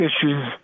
issues